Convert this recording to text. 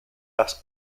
las